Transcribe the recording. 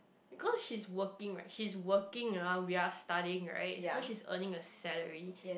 because she's working right she's working ah we're studying right so she's earning a salary